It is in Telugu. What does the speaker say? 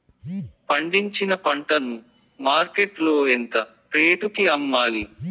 పండించిన పంట ను మార్కెట్ లో ఎంత రేటుకి అమ్మాలి?